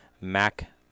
Mac